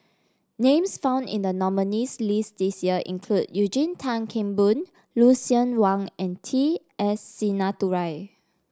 names found in the nominees' list this year include Eugene Tan Kheng Boon Lucien Wang and T S Sinnathuray